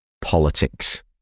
politics